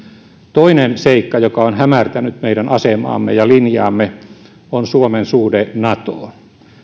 toinen seikka joka on hämärtänyt meidän asemaamme ja linjaamme on suomen suhde natoon